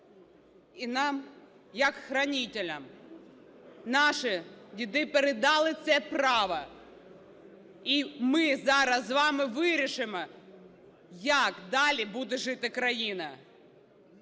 І нам як хранителям наші діди передали це право, і ми зараз з вами вирішимо, як далі буде жити країна.